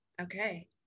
okay